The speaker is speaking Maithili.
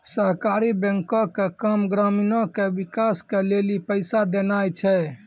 सहकारी बैंको के काम ग्रामीणो के विकास के लेली पैसा देनाय छै